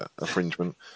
infringement